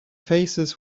faces